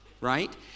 Right